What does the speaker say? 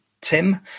Tim